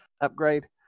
upgrade